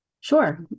Sure